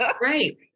right